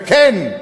וכן,